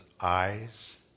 eyes